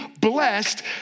blessed